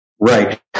Right